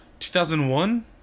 2001